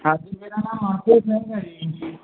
ਹਾਂਜੀ ਮੇਰਾ ਨਾਂ ਮਨਪ੍ਰੀਤ ਸਿੰਘ ਆ ਜੀ